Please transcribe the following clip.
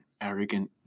arrogant